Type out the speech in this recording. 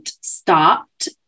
stopped